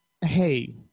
hey